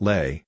Lay